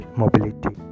mobility